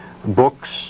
books